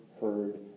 heard